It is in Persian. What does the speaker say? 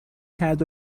کرد